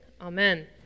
Amen